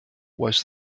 was